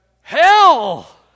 Hell